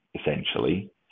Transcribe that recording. essentially